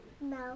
No